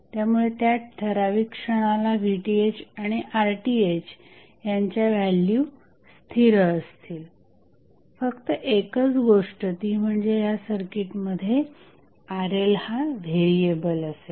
त्यामुळे त्या ठराविक क्षणाला VTh आणि RTh यांच्या व्हॅल्यू स्थिर असतील फक्त एकच गोष्ट ती म्हणजे या सर्किटमध्ये RL हा व्हेरिएबल असेल